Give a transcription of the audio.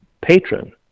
patron